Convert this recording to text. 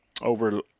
over